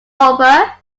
over